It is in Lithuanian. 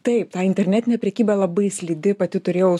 taip ta internetinė prekyba labai slidi pati turėjau